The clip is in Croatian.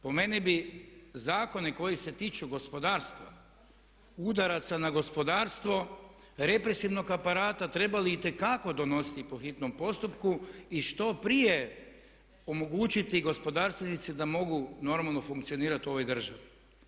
Po meni bi zakone koji se tiču gospodarstva, udaraca na gospodarstvo, represivnog aparata trebali itekako donositi po hitnom postupku i što prije omogućiti gospodarstvenicima da mogu normalno funkcionirati u ovoj državi.